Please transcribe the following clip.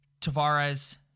Tavares